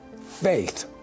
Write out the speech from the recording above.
faith